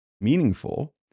meaningful